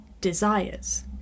desires